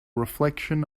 reflection